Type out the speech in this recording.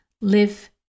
live